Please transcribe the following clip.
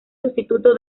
sustituto